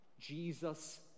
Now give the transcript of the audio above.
Jesus